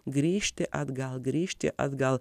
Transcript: grįžti atgal grįžti atgal